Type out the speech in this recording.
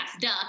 duh